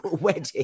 wedding